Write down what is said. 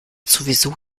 sowieso